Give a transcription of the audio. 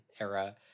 era